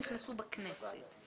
מה שאנחנו סבורים בשיקול הדעת.